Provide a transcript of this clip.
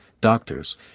doctors